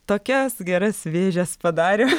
tokias geras vėžes padarė